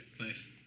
nice